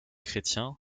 chrétiens